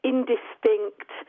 indistinct